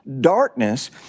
darkness